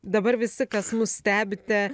dabar visi kas mus stebite